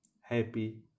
happy